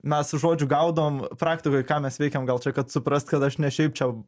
mes žodžiu gaudavom praktikoj ką mes veikėm gal čia kad suprast kad aš ne šiaip čia